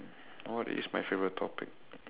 what is my favorite topic